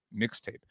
mixtape